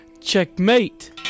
Checkmate